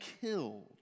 killed